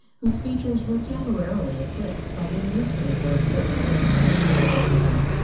whose features were temporarily eclipsed by the newspaper that was spread carefully over them.